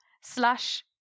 slash